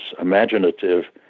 imaginative